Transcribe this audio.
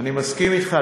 אני מסכים אתך.